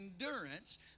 endurance